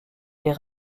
est